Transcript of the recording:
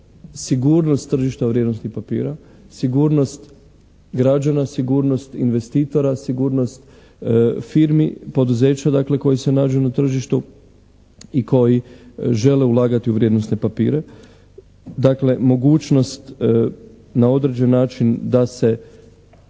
sigurnost tržišta vrijednosnih papira, sigurnost građana, sigurnost investitora, sigurnost firmi, poduzeća dakle koji se nađu na tržištu i koji žele ulagati u vrijednosne papire. Dakle mogućnost na određen način da se